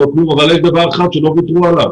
אבל יש דבר אחד שלא ויתרו עליו